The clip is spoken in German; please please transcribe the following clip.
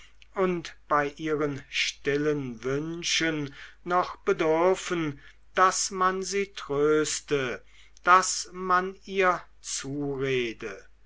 und bei ihren stillen wünschen noch bedürfen daß man sie tröste daß man ihr zurede